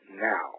now